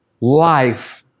life